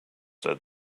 said